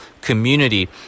community